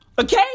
Okay